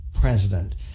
president